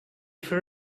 for